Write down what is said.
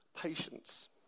patience